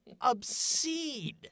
Obscene